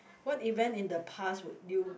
what event in the past would you